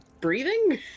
breathing